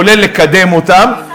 כולל לקדם אותם,